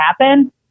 happen